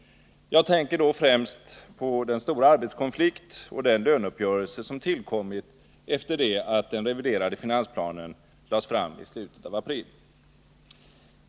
Jag tänker då främst på den stora arbetskonflikt och den löneuppgörelse som tillkommit efter det att den reviderade finansplanen lades fram i slutet av april.